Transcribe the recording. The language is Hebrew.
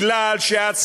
מפני שאת ספרדייה.